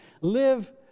live